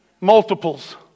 multiples